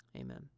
Amen